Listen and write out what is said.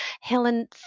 Helen